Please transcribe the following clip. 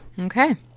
Okay